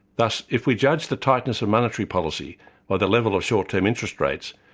thus if we judge the tightness of monetary policy by the level of short-term interest rates,